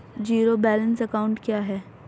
Zero balance account क्या है?